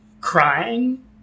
crying